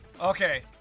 okay